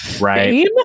Right